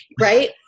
Right